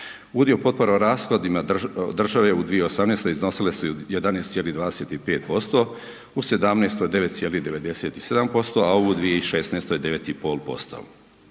Udio potpora u rashodima države u 2018. iznosile su 11,25%, u 2017. 9,97%, a u 2016. 9,5%.